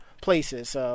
places